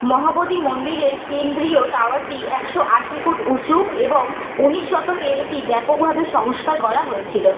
মহাবোধি মন্দিরের কেন্দ্রীয় টাওয়ারটি একশো আশি ফুট উঁচু এবং উনিশ শতকে এটি ব্যাপকভাবে সংস্কার করা হয়েছিল